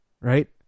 right